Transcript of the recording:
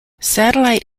satellite